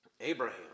Abraham